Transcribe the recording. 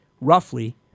roughly